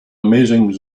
amazing